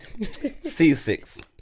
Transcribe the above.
C6